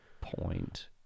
point